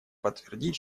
подтвердить